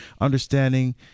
understanding